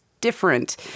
different